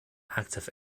active